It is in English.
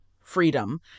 freedom